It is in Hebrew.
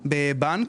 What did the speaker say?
בבנק,